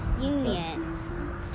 union